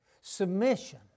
Submission